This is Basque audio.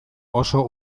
oso